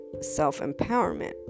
self-empowerment